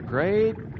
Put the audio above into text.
Great